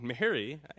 Mary